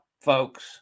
folks